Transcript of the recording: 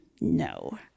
No